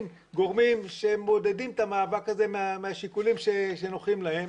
גורמים שמעודדים את המאבק הזה מהשיקולים שנוחים להם.